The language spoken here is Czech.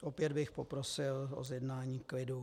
Opět bych poprosil o zjednání klidu...